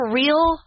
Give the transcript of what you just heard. real